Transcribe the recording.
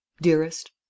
Dearest